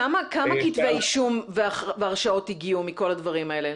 כמה כתבי אישום והרשעות הגיעו מכל הדברים האלה?